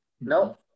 No